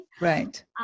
right